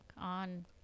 on